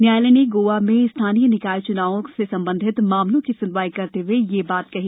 न्यायालय ने गोआ में स्थानीय निकाय च्नावों से संबंधित मामले की स्नवाई करते हए ये बात कही